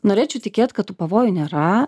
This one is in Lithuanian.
norėčiau tikėt kad tų pavojų nėra